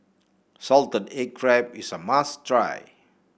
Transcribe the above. Salted Egg Crab is a must try